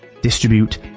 distribute